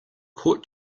court